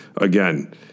again